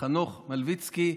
חנוך מלביצקי,